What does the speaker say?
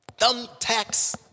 thumbtacks